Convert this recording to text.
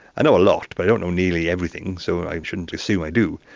i know a lot but i don't know nearly everything, so i shouldn't assume i do.